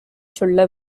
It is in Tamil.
சொல்ல